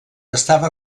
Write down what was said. estava